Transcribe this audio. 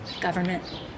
government